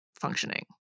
functioning